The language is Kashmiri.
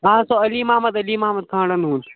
آ سُہ علی محمد علی محمد کھٲنٛڈن ہُنٛد